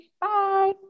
Bye